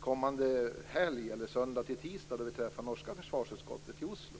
kommande helg, söndag till tisdag, då vi träffar norska försvarsutskottet i Oslo.